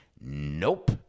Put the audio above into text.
Nope